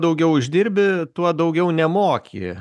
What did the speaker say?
daugiau uždirbi tuo daugiau nemoki